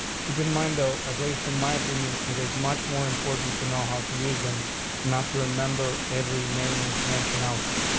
keep in mind, though, at least in my opinion it is much more important to know how to use them not to remember every naming convention out there.